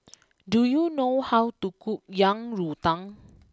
do you know how to cook Yang Rou Tang